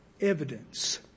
evidence